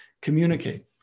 communicate